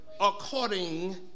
according